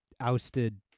ousted